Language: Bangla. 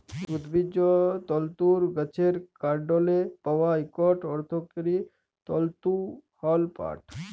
উদ্ভিজ্জ তলতুর গাহাচের কাল্ডলে পাউয়া ইকট অথ্থকারি তলতু হ্যল পাট